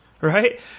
Right